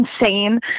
insane